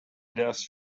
dust